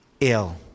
ill